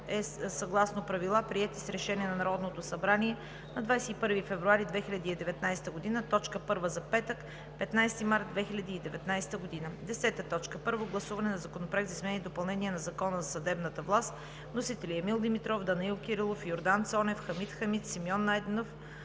е съгласно правила, приети с Решение на Народното събрание от 21 февруари 2019 г. – точка първа за петък, 15 март 2019 г. 10. Първо гласуване на Законопроекта за изменение и допълнение на Закона за съдебната власт. Вносители: Емил Димитров, Данаил Кирилов, Йордан Цонев, Хамид Хамид, Симеон Найденов